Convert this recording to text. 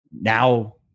now